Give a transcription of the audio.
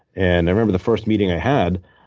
and i remember the first meeting i had.